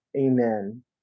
Amen